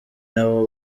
nabo